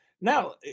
now